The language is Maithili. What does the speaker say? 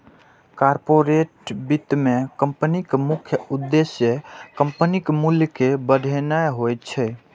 कॉरपोरेट वित्त मे कंपनीक मुख्य उद्देश्य कंपनीक मूल्य कें बढ़ेनाय होइ छै